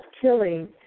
killing